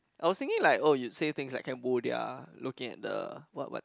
I was thinking like oh you say things like the Cambodia looking at the what what